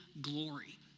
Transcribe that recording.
glory